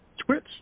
Twitch